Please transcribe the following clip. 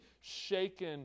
shaken